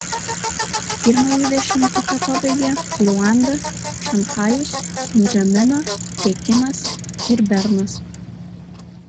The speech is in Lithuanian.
pirmąjį dešimtuką pabaigia luanda šanchajus ndžamena pekinas ir bernas